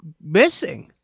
missing